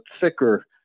thicker